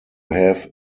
have